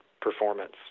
performance